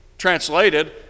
Translated